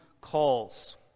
calls